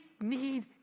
need